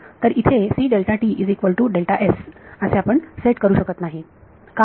तर इथे असे आपण सेट करू शकत नाही का